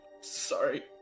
Sorry